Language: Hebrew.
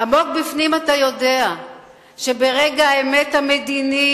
עמוק בפנים אתה יודע שברגע האמת המדיני